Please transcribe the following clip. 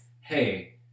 hey